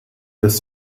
dass